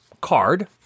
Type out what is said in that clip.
card